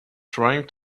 trying